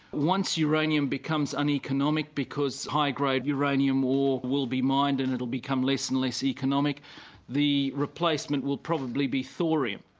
once uranium becomes uneconomic because high-grade uranium ore will be mined and it will become less and less economic the replacement will probably be thorium.